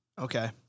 Okay